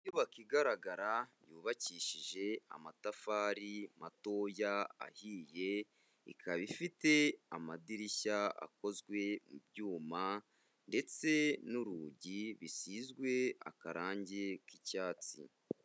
Inyubako igaragara yubakishije amatafari matoya ahiye, ikaba ifite amadirishya akozwe mu byuma ndetse n'urugi bisizwe akarangi k'icyatsi.